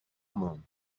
moon